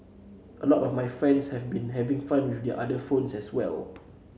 a lot of my friends have been having fun with their other phones as well